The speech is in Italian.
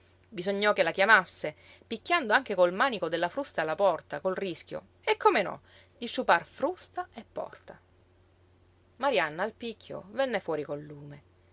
bisognò che la chiamasse picchiando anche col manico della frusta alla porta col rischio e come no di sciupar frusta e porta marianna al picchio venne fuori col lume